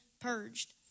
purged